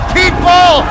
people